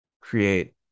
create